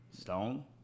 stone